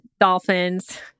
dolphins